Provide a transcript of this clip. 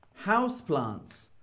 houseplants